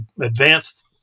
advanced